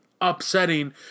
upsetting